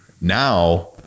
now